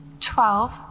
Twelve